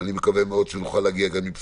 אני מקווה מאוד שנוכל להגיע גם עם בשורות,